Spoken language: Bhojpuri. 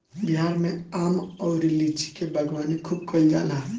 बिहार में आम अउरी लीची के बागवानी खूब कईल जाला